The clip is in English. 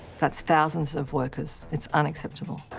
that's thousands of workers. it's unacceptable.